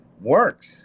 works